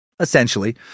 essentially